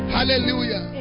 Hallelujah